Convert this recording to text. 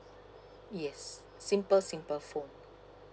yes simple simple phone